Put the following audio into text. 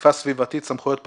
אכיפה סביבתית סמכויות פקחים.